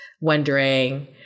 wondering